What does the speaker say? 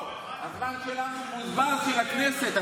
הזמן שלנו בוזבז, של הכנסת.